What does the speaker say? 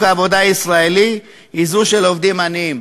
העבודה הישראלי היא זו של עובדים עניים.